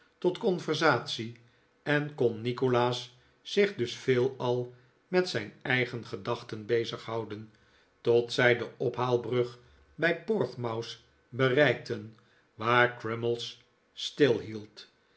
tot conversatie en kon nikolaas zich dus veelal met zijn eigen gedachten bezighouden tot zij de ophaalbrug bij portsmouth bereikten waar crummies